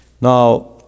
Now